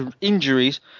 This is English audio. injuries